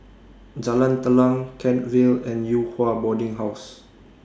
Jalan Telang Kent Vale and Yew Hua Boarding House